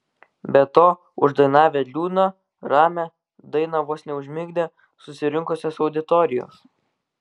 be to uždainavę liūdną ramią dainą vos neužmigdė susirinkusios auditorijos